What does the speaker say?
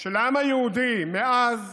של העם היהודי מאז